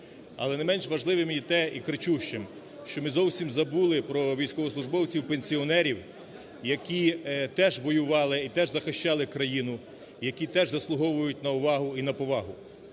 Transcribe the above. Але не менш важливим є те і кричущим, що ми зовсім забули про військовослужбовців пенсіонерів, які теж воювали і теж захищали країну, які теж заслуговують на увагу і на повагу.